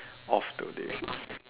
off though they